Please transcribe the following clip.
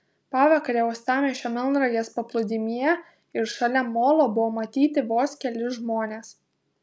pavakarę uostamiesčio melnragės paplūdimyje ir šalia molo buvo matyti vos keli žmonės